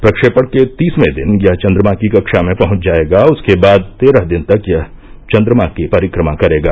प्रक्षेपण के तीसवें दिन यह चंद्रमा की कक्षा में पहुंच जाएगा उसके बाद तेरह दिन तक यह चंद्रमा की परिक्रमा करेगा